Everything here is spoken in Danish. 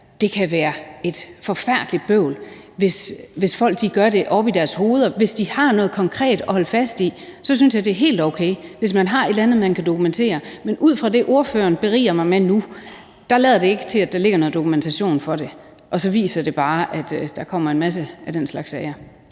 det kan være et forfærdeligt bøvl, hvis folk gør det oppe i deres hoveder. Hvis de har noget konkret at holde fast i, synes jeg, det er helt okay – altså, hvis man har et eller andet, man kan dokumentere. Men ud fra det, spørgeren beriger mig med nu, lader det ikke til, at der ligger nogen dokumentation for det, og så viser det bare, at der kommer en masse af den slags sager.